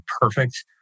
perfect